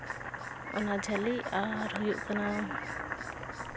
ᱚᱱᱟ ᱡᱷᱟᱹᱞᱤ ᱟᱨ ᱦᱩᱭᱩᱜ ᱠᱟᱱᱟ